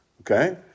okay